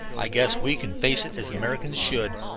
i guess we can face it as americans should.